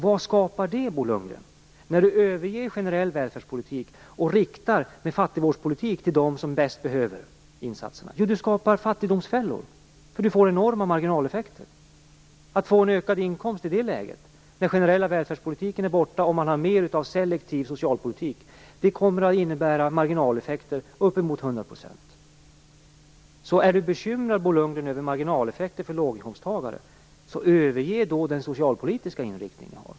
Vad skapar det, Bo Lundgren? Vad skapar man med att överge generell välfärdspolitik och rikta fattigvårdspolitik mot dem som bäst behöver insatserna? Jo, man skapar fattigdomsfällor. Det blir enorma marginaleffekter. Att få en ökad inkomst i det läget, när den generella välfärdspolitiken är borta och man har mer av selektiv socialpolitik, kommer att innebära marginaleffekter på uppemot 100 %. Är Bo Lundgren bekymrad över marginaleffekter för låginkomsttagare, bör han överge den socialpolitiska inriktning han har.